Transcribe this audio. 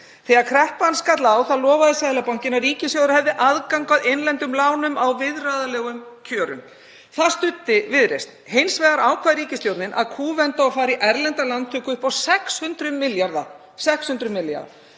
Þegar kreppan skall á lofaði Seðlabankinn að ríkissjóður hefði aðgang að innlendum lánum á viðráðanlegum kjörum. Það studdi Viðreisn. Hins vegar ákvað ríkisstjórnin að kúvenda og fara í erlenda lántöku upp á 600 milljarða.